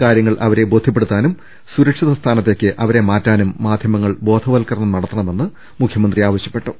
കാര്യങ്ങൾ അവരെ ബോധ്യപ്പെടുത്താനും സുരക്ഷിത സ്ഥാന ത്തേക്ക് അവരെ മാറ്റാനും മാധ്യമങ്ങൾ ബോധവൽക്കരണം നടത്തണ മെന്ന് മുഖ്യമന്ത്രി ആവശ്യപ്പെട്ടു